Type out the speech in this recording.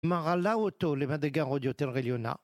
מעלה אותו למדרגה עוד יותר עליונה